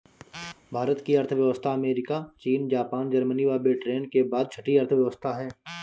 भारत की अर्थव्यवस्था अमेरिका, चीन, जापान, जर्मनी एवं ब्रिटेन के बाद छठी अर्थव्यवस्था है